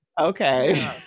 okay